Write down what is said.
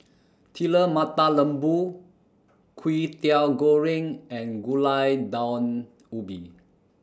Telur Mata Lembu Kwetiau Goreng and Gulai Daun Ubi